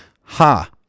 Ha